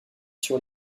sur